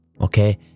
Okay